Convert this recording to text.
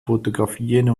fotografien